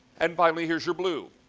and finally, here is your blue.